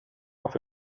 auf